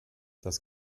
das